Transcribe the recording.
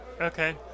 Okay